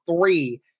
three